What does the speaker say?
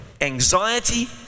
anxiety